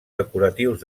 decoratius